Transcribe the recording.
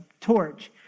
torch